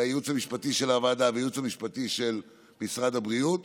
הייעוץ המשפטי של הוועדה והייעוץ המשפטי של משרד הבריאות